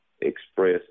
express